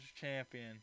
champion